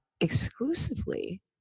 exclusively